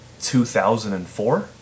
2004